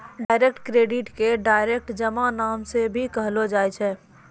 direct credit के direct जमा नाम से भी कहलो जाय छै